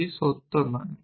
এটি সত্য নয়